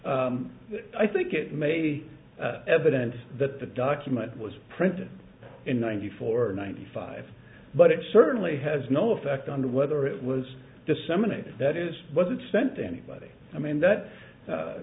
i think it may be evident that the document was printed in ninety four ninety five but it certainly has no effect on whether it was disseminated that is was it sent to anybody i mean that